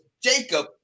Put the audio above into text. Jacob